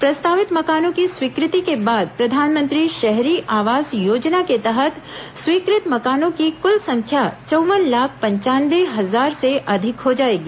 प्रस्तावित मकानों की स्वीकृति के बाद प्रधानमंत्री शहरी आवास योजना के तहत स्वीकृत मकानों की कुल संख्या चौव्वन लाख पंचानवे हजार से अधिक हो जाएगी